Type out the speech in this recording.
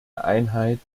einheit